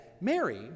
Mary